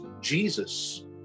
jesus